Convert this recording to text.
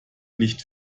nicht